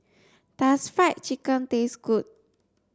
does fried chicken taste good